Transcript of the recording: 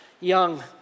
young